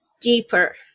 Deeper